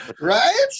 Right